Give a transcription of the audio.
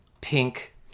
pink